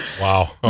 Wow